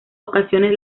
ocasiones